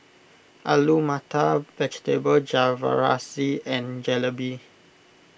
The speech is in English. Alu Matar Vegetable Jalfrezi and Jalebi